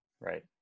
Right